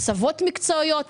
הסבות מקצועיות,